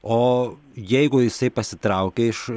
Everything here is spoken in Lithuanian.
o jeigu jisai pasitraukė iš